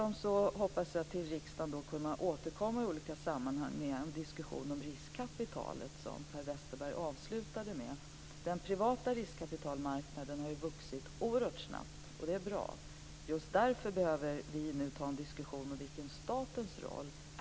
Vidare hoppas jag att till riksdagen kunna återkomma i olika sammanhang och ha en diskussion om riskkapitalet, som Per Westerberg avslutningsvis talade om. Den privata riskkapitalmarknaden har vuxit oerhört snabbt och det är bra. Just därför behöver vi nu ta en diskussion om statens roll.